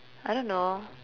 I don't know